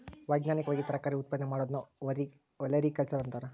ವೈಜ್ಞಾನಿಕವಾಗಿ ತರಕಾರಿ ಉತ್ಪಾದನೆ ಮಾಡೋದನ್ನ ಒಲೆರಿಕಲ್ಚರ್ ಅಂತಾರ